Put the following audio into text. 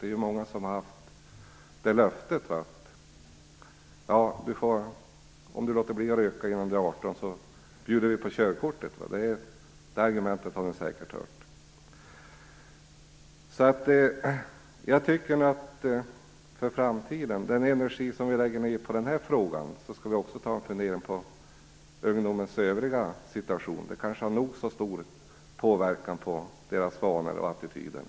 Det är många som har haft det löftet: Om du låter bli att röka innan du är 18, bjuder vi på körkortet. Det argumentet har ni säkert hört. Jag tycker nog att vi för framtiden, med tanke på den energi som vi lägger ned på den här frågan, också skall ta oss en funderare på ungdomens övriga situation. Det kanske har nog så stor påverkan på deras vanor och attityder.